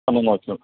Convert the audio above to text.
വന്ന് നോക്കിക്കോളും